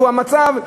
והוא המצב,